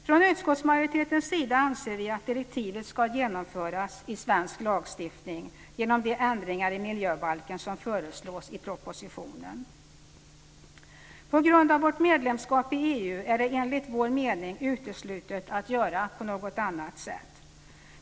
Från utskottsmajoritetens sida anser vi att direktivet ska genomföras i svensk lagstiftning genom de ändringar i miljöbalken som föreslås i propositionen. På grund av vårt medlemskap i EU är det enligt vår mening uteslutet att göra på något annat sätt.